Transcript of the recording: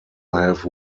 have